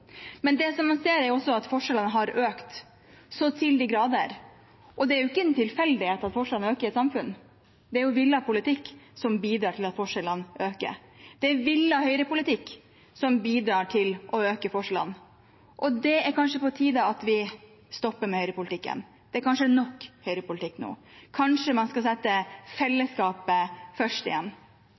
Det man ser, er også at forskjellene har økt så til de grader. Det er ikke en tilfeldighet at forskjellene øker i samfunnet – det er villet politikk som bidrar til at forskjellene øker. Det er villet høyrepolitikk, som bidrar til å øke forskjellene. Det er kanskje på tide at vi stopper med høyrepolitikken. Det er kanskje nok høyrepolitikk nå. Kanskje man skal sette fellesskapet først igjen,